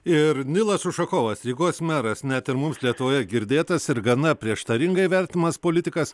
ir nilas ušakovas rygos meras net ir mums lietuvoje girdėtas ir gana prieštaringai vertinamas politikas